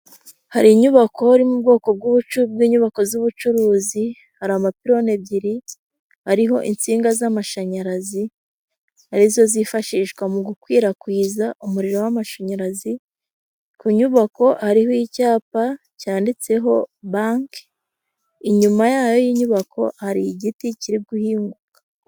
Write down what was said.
Hari inyubako iri mu bwoko bw'inyubako z'ubucuruzi, hari amapironi ebyiri ariho insinga z'amashanyarazi, arizo zifashishwa mu gukwirakwiza umuriro w'amashanyarazi, ku nyubako Hariho icyapa cyanditseho banki, inyuma yayo y'inyubako hari igiti kiri guhinguka.